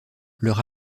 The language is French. leur